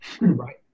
right